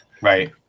Right